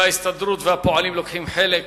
וההסתדרות והפועלים לוקחים בו חלק,